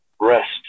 rest